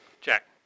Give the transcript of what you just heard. Jack